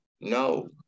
no